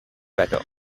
better